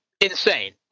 insane